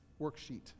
worksheet